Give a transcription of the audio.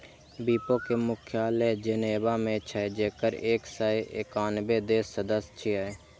विपो के मुख्यालय जेनेवा मे छै, जेकर एक सय एकानबे देश सदस्य छियै